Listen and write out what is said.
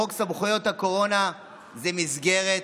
חוק סמכויות הקורונה זה מסגרת